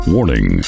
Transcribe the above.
Warning